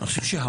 לדעתי,